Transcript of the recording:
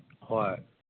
ꯍꯣꯏ